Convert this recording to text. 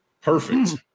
Perfect